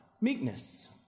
meekness